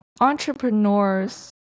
entrepreneurs